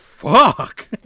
Fuck